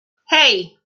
hey